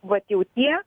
vat jau tie